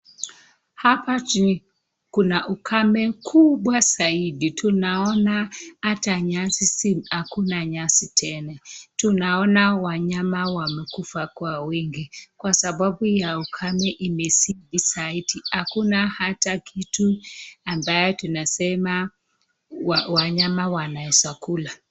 Hapa Kuna ukame kubwa zaidi tunaona ata nyasi akuna nyasi tena tunaona wanyama wamekufa kwa wingi kwa sababu ya ukame imesidi hakuna ata kitu ambayo tunasema wanyama waneza kula.